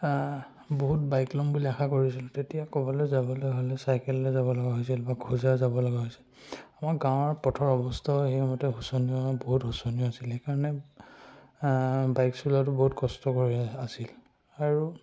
বহুত বাইক ল'ম বুলি আশা কৰিছিলোঁ তেতিয়া ক'ৰবালৈ যাবলৈ হ'লে চাইকেল লৈ যাব লগা হৈছিল বা খোজেৰে যাব লগা হৈছিল আমাৰ গাঁৱৰ পথৰ অৱস্থাও সেইমতে শোচনীয় বহুত শোচনীয় আছিল সেইকাৰণে বাইক চলোৱাটো বহুত কষ্ট কৰি আছিল আৰু